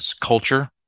culture